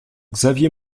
xavier